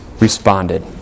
responded